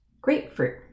grapefruit